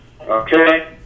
okay